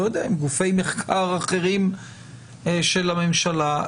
עם גופי מחקר אחרים של הממשלה,